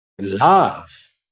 love